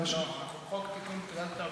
חוק תיקון פקודת התעבורה.